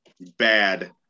bad